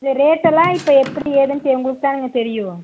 இந்த ரேட்டெல்லாம் இப்போ எப்படி ஏதுன்னுட்டு உங்களுக்குதானங்க தெரியும்